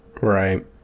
Right